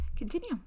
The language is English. Continue